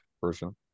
version